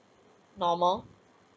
normal